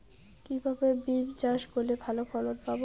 কিভাবে বিম চাষ করলে ভালো ফলন পাব?